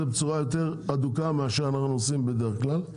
בצורה הדוקה יותר ממה שאנחנו עושים בדרך כלל.